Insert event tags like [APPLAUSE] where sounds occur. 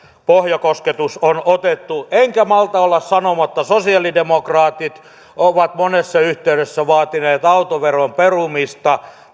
pohjakosketus on otettu enkä malta olla sanomatta että kun sosialidemokraatit ovat monessa yhteydessä vaatineet autoveron perumista [UNINTELLIGIBLE]